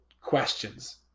questions